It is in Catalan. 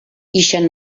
ixen